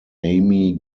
amy